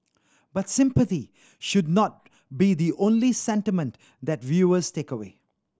but sympathy should not be the only sentiment that viewers take away